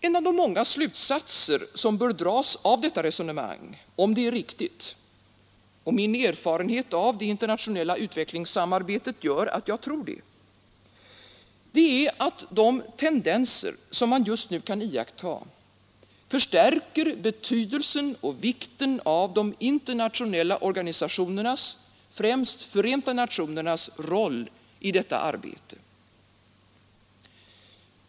En av de många slutsatser som bör dras av detta resonemang om det är riktigt — och min erfarenhet av det internationella utvecklingssamarbetet gör att jag tror det — är att de tendenser som man just nu kan iaktta förstärker betydelsen och vikten av de internationella organisationernas — främst Förenta nationernas — roll i detta arbete.